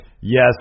Yes